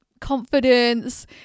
confidence